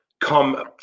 come